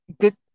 good